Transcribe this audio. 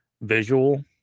visual